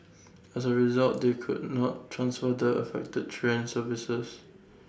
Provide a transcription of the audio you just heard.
as A result they could not transfer the affected train services